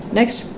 Next